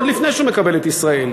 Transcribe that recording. עוד לפני שהוא קיבל את ישראל,